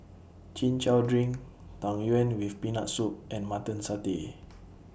Chin Chow Drink Tang Yuen with Peanut Soup and Mutton Satay